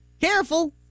Careful